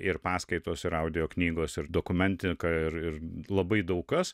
ir paskaitos ir audio knygos ir dokumentika ir labai daug kas